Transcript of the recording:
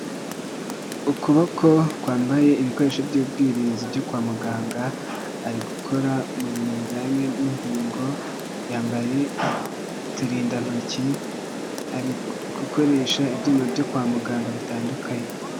Ukuboko kwambaye ibikoresho by'ubwirinzi byo kwa muganga, ari gukora mu bintu bijyanye n'inkingo, yambaye uturindantoki ari gukoresha ibyuma byo kwa muganga bitandukanye.